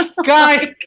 Guys